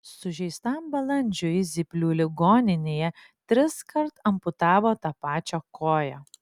sužeistam balandžiui zyplių ligoninėje triskart amputavo tą pačią koją